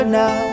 now